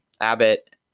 Abbott